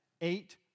eight